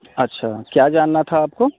اچھا کیا جاننا تھا آپ کو